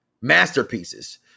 masterpieces